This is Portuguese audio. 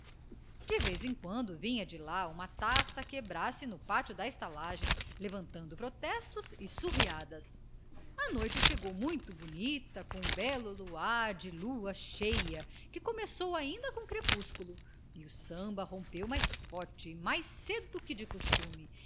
de vez em quando vinha de lá uma taça quebrar-se no pátio da estalagem levantando protestos e surriadas a noite chegou muito bonita com um belo luar de lua cheia que começou ainda com o crepúsculo e o samba rompeu mais forte e mais cedo que de costume